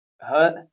hut